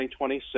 2026